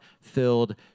filled